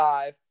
Five